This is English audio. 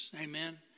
Amen